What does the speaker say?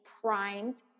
primed